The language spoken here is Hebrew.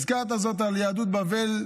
הזכרת זאת על יהדות בבל,